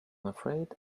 afraid